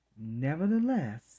Nevertheless